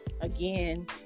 again